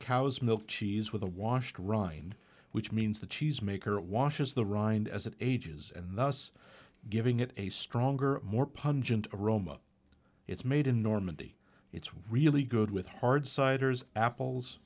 cow's milk cheese with a washed rind which means the cheese maker washes the rind as it ages and thus giving it a stronger more pungent aroma it's made in normandy it's really good with hard ciders apples